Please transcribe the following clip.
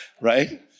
Right